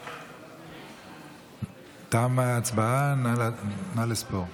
בעד תמה ההצבעה, נא לספור.